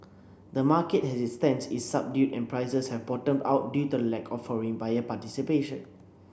the market as it stands is subdued and prices have bottomed out due to the lack of foreign buyer participation